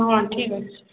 ହଁ ଠିକ୍ ଅଛି